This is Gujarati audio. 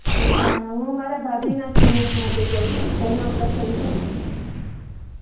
અચ્છા હું મારા ભાભીના સીમંત માટે જાઉં છું ઘરનો પ્રસંગ છે